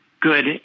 good